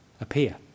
appear